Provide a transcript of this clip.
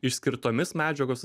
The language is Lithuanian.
išskirtomis medžiagos